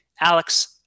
Alex